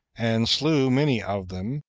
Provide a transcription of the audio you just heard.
and slew many of them,